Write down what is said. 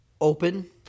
open